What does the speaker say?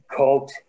cult